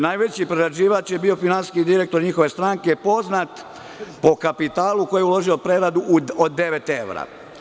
Najveći prerađivač je bio finansijski direktor njihove stranke poznat po kapitalu koji je uložio od devet evra.